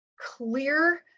clear